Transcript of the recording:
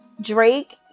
Drake